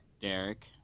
Derek